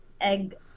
egg